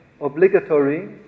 obligatory